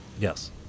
Yes